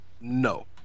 No